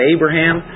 Abraham